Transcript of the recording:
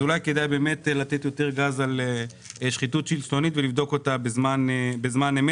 אולי כדאי לתת יותר גז על שחיתות שלטונית ולבדוק אותה בזמן אמת.